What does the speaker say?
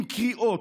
עם קריאות,